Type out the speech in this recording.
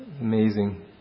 amazing